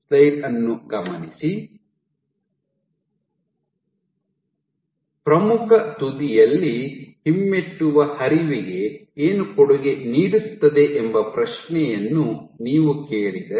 ಪ್ರಮುಖ ತುದಿಯಲ್ಲಿ ಹಿಮ್ಮೆಟ್ಟುವ ಹರಿವಿಗೆ ಏನು ಕೊಡುಗೆ ನೀಡುತ್ತದೆ ಎಂಬ ಪ್ರಶ್ನೆಯನ್ನು ನೀವು ಕೇಳಿದರೆ